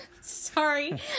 Sorry